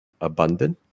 abundant